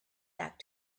back